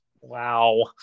Wow